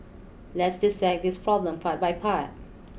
let's dissect this problem part by part